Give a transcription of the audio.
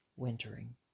wintering